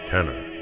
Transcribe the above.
Tenor